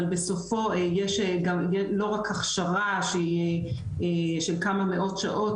אבל בסופו של גם לא רק הכשרה שהיא של כמה מאות שעות,